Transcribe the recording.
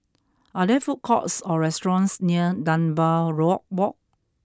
are there food courts or restaurants near Dunbar road Walk